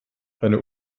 eine